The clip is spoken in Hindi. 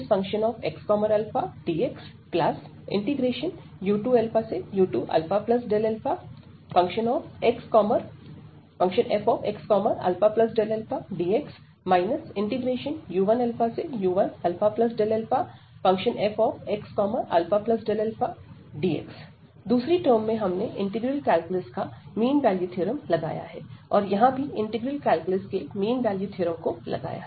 ΔΦu1u2fxαΔα fxαdxu2u2αΔαfxαΔαdx u1u1αΔαfxαΔαdx दूसरी टर्म में हमने इंटीग्रल कैलकुलस का मीन वैल्यू थ्योरम लगाया है और यहां भी इंटीग्रल कैलकुलस के मीन वैल्यू थ्योरम को लगाया है